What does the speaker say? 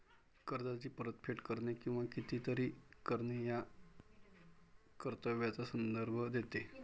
कर्जाची परतफेड करणे किंवा काहीतरी करणे या कर्तव्याचा संदर्भ देते